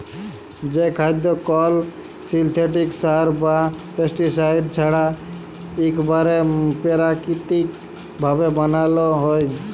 যে খাদ্য কল সিলথেটিক সার বা পেস্টিসাইড ছাড়া ইকবারে পেরাকিতিক ভাবে বানালো হয়